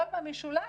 אבל במשולש,